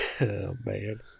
man